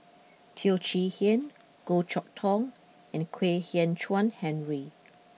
Teo Chee Hean Goh Chok Tong and Kwek Hian Chuan Henry